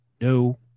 no